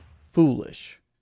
foolish